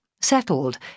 settled